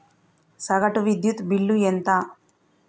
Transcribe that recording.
సగటు విద్యుత్ బిల్లు ఎంత?